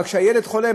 אבל כשהילד חולה,